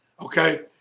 Okay